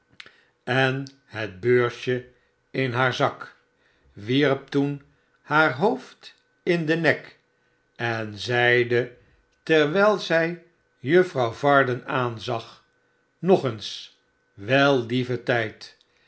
en het beursje in haar zak wierp toen haar hoofd in den nek en zeide terwijl zij juffrouw varden aanzag nog eens wel lieve tijd